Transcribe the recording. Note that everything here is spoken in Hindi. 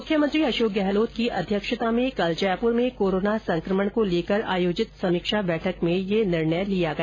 मुख्यमंत्री अशोक गहलोत की अध्यक्षता में कल जयपुर में कोरोना संक्रमण को लेकर आयोजित समीक्षा बैठक में यह निर्णय किया गया